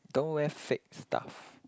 don't wear fake stuff